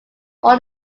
all